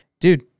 Dude